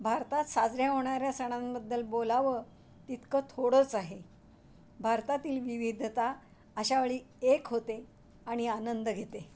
भारतात साजऱ्या होणाऱ्या सणांबद्दल बोलावं तितकं थोडंच आहे भारतातील विविधता अशावेळी एक होते आणि आनंद घेते